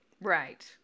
Right